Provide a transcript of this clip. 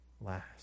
last